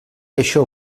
això